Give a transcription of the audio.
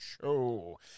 show